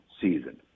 season